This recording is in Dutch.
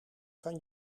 kan